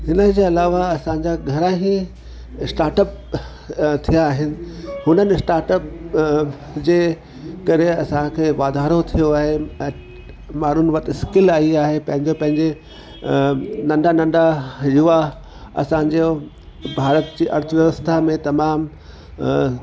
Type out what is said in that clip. हिन जे अलावा असांजा घणा ई स्टाटअप थिया आहिनि हुननि जे करे असांखे वाधारो थियो आहे ऐं माण्हुनि वटि स्किल आई आहे पंहिंजे पंहिंजे नंढा नंढा युवा असांजो भारत जी अर्थव्यवस्था में तमामु